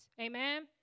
Amen